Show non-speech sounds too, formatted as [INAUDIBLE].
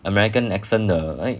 [BREATH] american accent 的